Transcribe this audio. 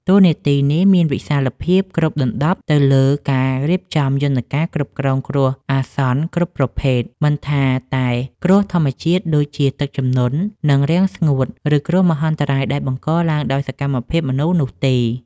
តួនាទីនេះមានវិសាលភាពគ្របដណ្ដប់ទៅលើការរៀបចំយន្តការគ្រប់គ្រងគ្រោះអាសន្នគ្រប់ប្រភេទ មិនថាតែគ្រោះធម្មជាតិដូចជាទឹកជំនន់ និងរាំងស្ងួត ឬគ្រោះមហន្តរាយដែលបង្កឡើងដោយសកម្មភាពមនុស្សនោះទេ។